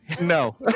No